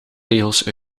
regels